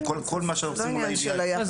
שכל מה שאנחנו עושים מול העירייה --- זה